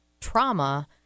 trauma